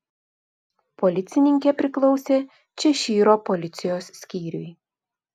policininkė priklausė češyro policijos skyriui